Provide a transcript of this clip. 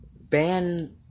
ban